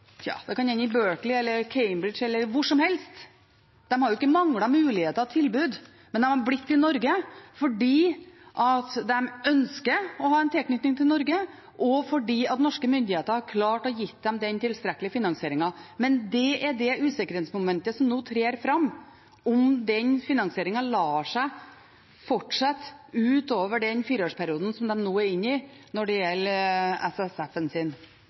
eller hvor som helst. De har jo ikke manglet muligheter og tilbud, men de har blitt i Norge fordi de ønsker å ha en tilknytning til Norge, og fordi norske myndigheter har klart å gi dem tilstrekkelig finansiering. Men det er det usikkerhetsmomentet som nå trer fram: Fortsetter den finansieringen utover den fireårsperioden som de nå er inne i, når det gjelder